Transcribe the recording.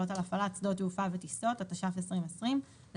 (הוראת שעה) (הגבלות על הפעלת שדות תעופה וטיסות) התש"ף 2020 (להלן,